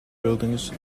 buildings